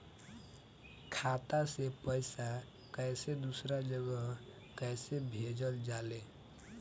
खाता से पैसा कैसे दूसरा जगह कैसे भेजल जा ले?